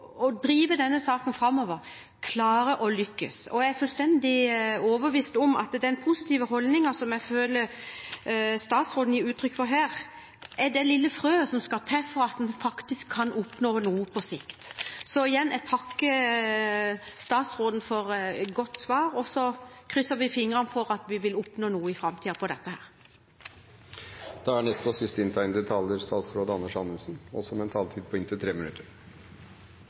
lykkes. Jeg er fullstendig overbevist om at den positive holdningen som jeg føler statsråden gir uttrykk for her, er det lille frøet som skal til for at en faktisk kan oppnå noe på sikt. Igjen takker jeg statsråden for godt svar, og så krysser vi fingrene for at vi vil oppnå noe i framtiden på dette. På mange måter er denne diskusjonen et resultat av at verden er blitt mye mindre. Det er dessverre mye lettere på